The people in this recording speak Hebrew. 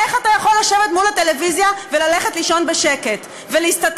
איך אתה יכול לשבת מול הטלוויזיה וללכת לישון בשקט ולהסתתר